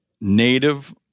native